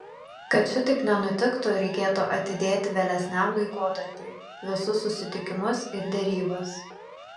kad šitaip nenutiktų reikėtų atidėti vėlesniam laikotarpiui visus susitikimus ir derybas